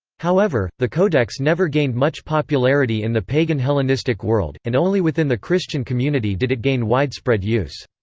however, the codex never gained much popularity in the pagan hellenistic world, and only within the christian community did it gain widespread use.